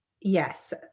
Yes